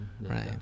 right